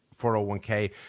401k